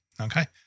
okay